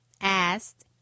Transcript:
asked